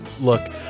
look